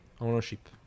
Ownership